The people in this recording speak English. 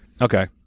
Okay